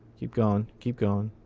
keep going. keep going.